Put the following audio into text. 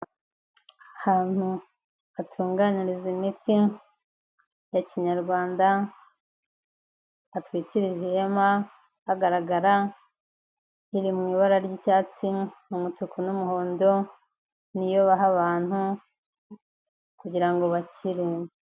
Ahantu hatunganiriza imiti ya Kinyarwanda, hatwikiriza ihema, hagaragara, iri mu ibara ry'icyatsi, umutuku n'umuhondo, niyo baha abantu kugira bakire.